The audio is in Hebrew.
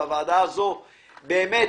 והוועדה הזאת באמת